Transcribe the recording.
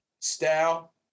style